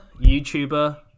youtuber